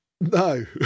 No